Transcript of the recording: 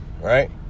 right